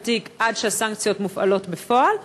עד שהסנקציות מופעלות בפועל?